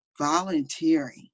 volunteering